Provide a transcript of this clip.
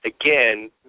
Again